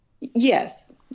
Yes